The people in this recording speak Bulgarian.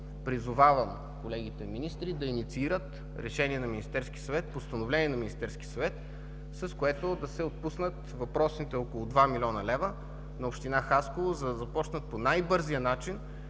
призовавам колегите министри да инициират постановление на Министерския съвет, с което да се отпуснат въпросните около 2 млн. лв. на община Хасково, за да започнат по най-бързия начин